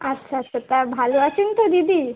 আচ্ছা আচ্ছা তা ভালো আছেন তো দিদি